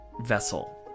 vessel